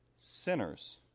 sinners